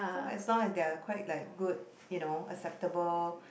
so as long as they're quite like good you know acceptable